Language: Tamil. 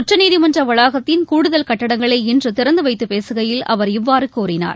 உச்சநீதிமன்ற வளாகத்தின் கூடுதல் கட்டிங்களை இன்று திறந்து வைத்து பேசுகையில் அவர் இவ்வாறு கூறினார்